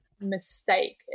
mistake